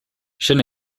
sin